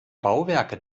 bauwerke